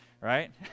right